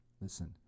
Listen